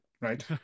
Right